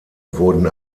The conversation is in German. wurden